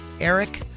Eric